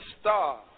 star